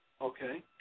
Okay